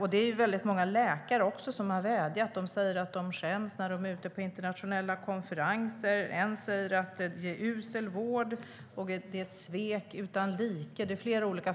Många läkare har vädjat. De skäms när de är på internationella konferenser. En läkare säger att det är usel vård och att det är ett svek utan like.